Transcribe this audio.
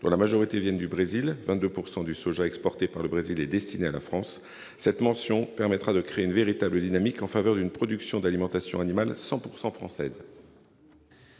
dont la majorité vient du Brésil- 22 % du soja exporté par le Brésil est destiné à la France. Cette mention permettra de créer une véritable dynamique en faveur d'une production d'alimentation animale 100 % française.